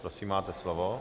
Prosím, máte slovo.